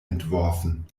entworfen